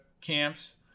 Camps